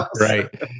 Right